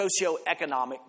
socioeconomic